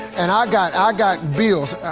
and i got ah got bills.